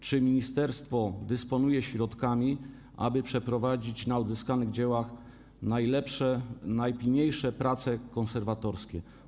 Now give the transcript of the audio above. Czy ministerstwo dysponuje środkami, aby przeprowadzić na odzyskanych dziełach najlepsze, najpilniejsze prace konserwatorskie?